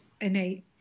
Innate